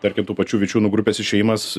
tarkim tų pačių vičiūnų grupės išėjimas